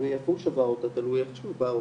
תלוי איפה הוא שבר אותה, תלוי איך הוא שבר אותה,